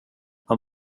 han